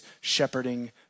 shepherding